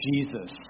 Jesus